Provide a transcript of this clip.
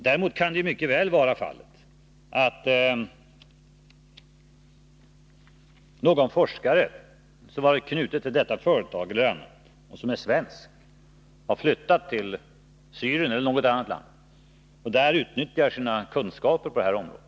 Däremot kan det mycket väl vara så, att någon forskare som har varit knuten till detta företag, eller något annat företag, och som är svensk har flyttat till Syrien, eller något annat land, och där utnyttjar sina kunskaper på detta område.